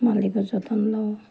মালিকৰ যতন লওঁ